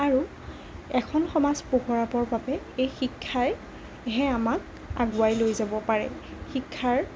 আৰু এখন সমাজ পোহৰাবৰ বাবে এই শিক্ষাইহে আমাক আগুৱাই লৈ যাব পাৰে শিক্ষাৰ